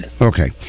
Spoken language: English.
Okay